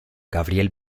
gabriel